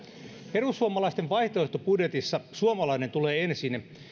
perussuomalaisten vaihtoehtobudjetissa suomalainen tulee ensin